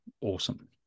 Awesome